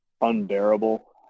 unbearable